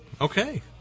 Okay